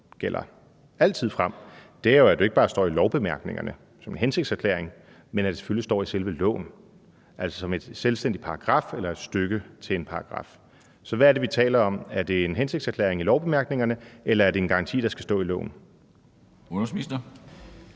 som gælder for altid fremefter, er jo, at det ikke bare står i lovbemærkningerne som en hensigtserklæring, men at det selvfølgelig står i selve loven som en selvstændig paragraf eller et stykke til en paragraf. Så hvad er det, vi taler om? Er det en hensigtserklæring i lovbemærkningerne, eller er det en garanti, der skal stå i loven? Kl.